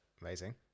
amazing